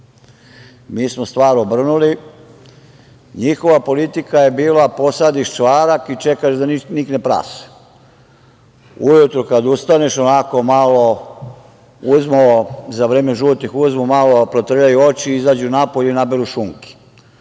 Mi smo stvar obrnuli. Njihova politika je bila – posadiš čvarak i čekaš da nikne prase. Ujutru kad ustaneš, za vreme žutih, malo protrljaju oči, izađu napolje i naberu šunke.